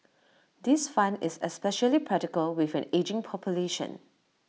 this fund is especially practical with an ageing population